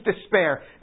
despair